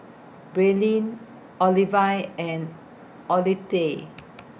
Braelyn Olivine and Olittie